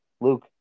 Luke